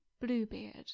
Bluebeard